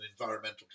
environmental